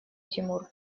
тимур